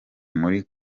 muri